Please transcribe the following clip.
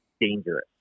dangerous